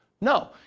No